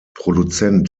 produzent